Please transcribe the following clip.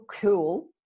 cool